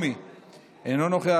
אינו נוכח,